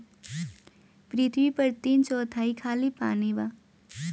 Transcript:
पृथ्वी पर तीन चौथाई खाली पानी बा